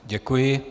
Děkuji.